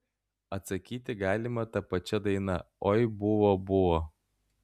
atsakyti galima ta pačia daina oi buvo buvo